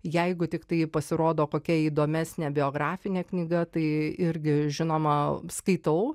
jeigu tiktai pasirodo kokia įdomesnė biografinė knyga tai irgi žinoma skaitau